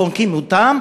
חונקים אותם,